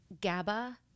GABA